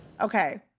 okay